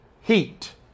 heat